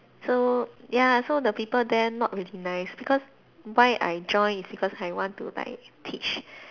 so ya so the people there not really nice because why I join is because I want to like teach